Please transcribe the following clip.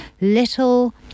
little